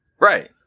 Right